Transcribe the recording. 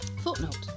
Footnote